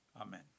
Amen